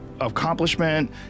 accomplishment